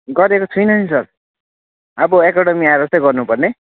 गरेको छुइनँ नि सर अब एकाडमी आएर चाहिँ गर्नुपर्ने